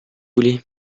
voulez